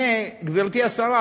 גברתי השרה,